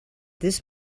this